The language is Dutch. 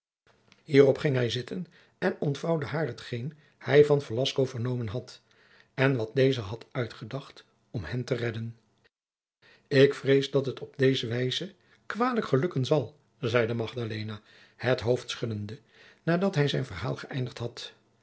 hierop ging hij zitten en ontvouwde haar hetgeen hij van velasco vernomen had en wat deze had uitgedacht om hen te redden ik vrees dat het op deze wijse kwalijk gelukken zal zeide magdalena het hoofd schuddende nadat hij zijn verhaal geëindigd had